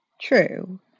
True